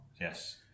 Yes